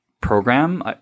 program